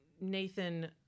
Nathan